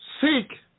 Seek